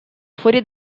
fuori